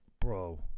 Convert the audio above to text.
bro